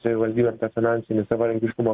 savivaldybė tą finansinį savarankiškumą